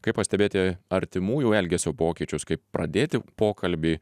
kaip pastebėti artimųjų elgesio pokyčius kaip pradėti pokalbį